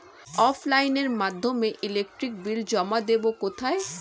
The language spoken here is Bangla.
অফলাইনে এর মাধ্যমে ইলেকট্রিক বিল জমা দেবো কোথায়?